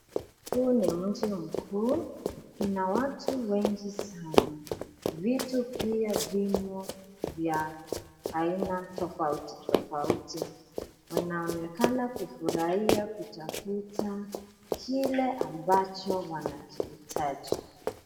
Huu ni mji mkuu, kuna watu wengi sana. Vitu pia vimo vya aina tofauti tofauti. Wanaonekana kufurahia kutafuta kile ambacho wanakihitaji.